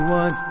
one